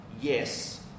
Yes